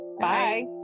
Bye